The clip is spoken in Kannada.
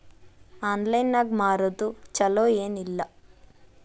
ಆನ್ಲೈನ್ ನಾಗ್ ಮಾರೋದು ಛಲೋ ಏನ್ ಇಲ್ಲ?